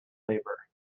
labor